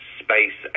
space